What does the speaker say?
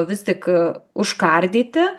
vis tik užkardyti